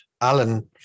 Alan